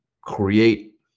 create